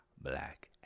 black